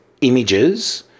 images